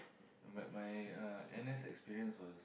but my uh n_s experience was